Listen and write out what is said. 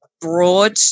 broad